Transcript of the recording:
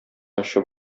ачы